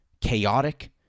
chaotic